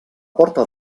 porta